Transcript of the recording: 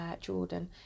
Jordan